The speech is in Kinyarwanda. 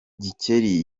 gikeli